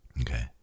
Okay